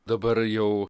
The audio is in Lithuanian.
dabar jau